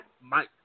Mike